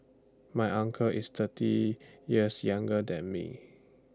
my uncle is thirty years younger than me